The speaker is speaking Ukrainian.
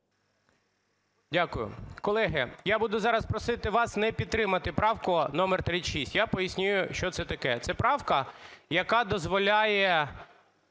Дякую. Колеги, я буду зараз вас просити не підтримувати правку номер 36. Я поясню, що це таке. Це правка, яка дозволяє